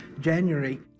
January